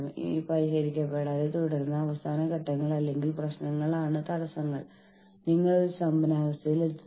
അതിനാൽ നമ്മൾ യൂണിയനെ സമന്വയിപ്പിക്കുകയും അതിനെ സംഘടനയുടെ അവിഭാജ്യ ഘടകമാക്കുകയും ചെയ്യുന്നു